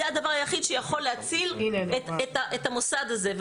זה הדבר היחיד שיכול להציל את המוסד הזה.